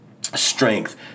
strength